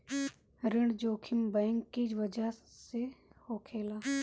ऋण जोखिम बैंक की बजह से होखेला